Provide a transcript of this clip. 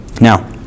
Now